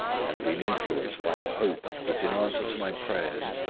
and been influenced by the hope, that in answer to my prayers,